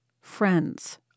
friends